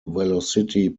velocity